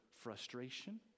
frustration